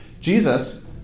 Jesus